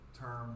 term